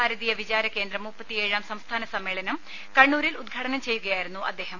ഭാരതീയ വിചാര കേന്ദ്രം മുപ്പത്തി ഏഴാം സംസ്ഥാന സമ്മേളനം കണ്ണൂരിൽ ഉദ്ഘാടനം ചെയ്യുകയായിരുന്നു അദ്ദേഹം